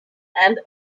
and